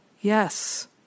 yes